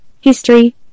history